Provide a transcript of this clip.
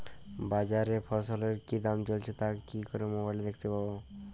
বাজারে ফসলের কি দাম চলছে তা কি করে মোবাইলে দেখতে পাবো?